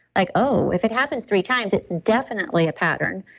like, oh, if it happens three times, it's definitely a pattern.